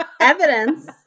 evidence